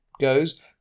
goes